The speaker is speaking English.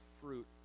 fruit